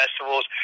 festivals